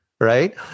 right